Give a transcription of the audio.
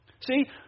See